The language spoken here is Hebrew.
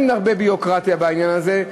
אין הרבה ביורוקרטיה בעניין הזה.